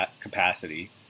capacity